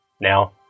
Now